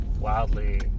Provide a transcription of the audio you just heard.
wildly